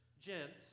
Gents